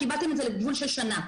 קבעתם את זה לגבול של שנה.